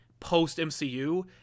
post-MCU